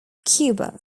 cuba